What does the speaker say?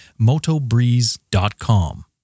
MotoBreeze.com